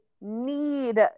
Need